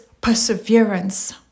perseverance